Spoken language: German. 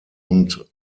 und